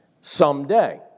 someday